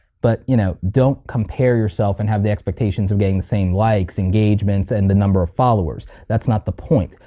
but you know don't compare yourself and have the expectations of getting the same likes, engagements, and the number of followers, that's not the point.